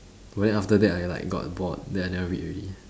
but then after that I like got bored then I never read already